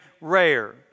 rare